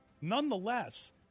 Nonetheless